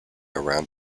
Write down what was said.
around